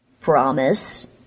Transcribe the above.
Promise